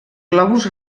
globus